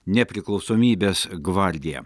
nepriklausomybės gvardija